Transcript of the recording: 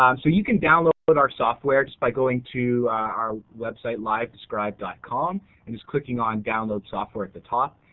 um so you can download but our software just by going to our website livedescribe dot com and just click on download software at the top.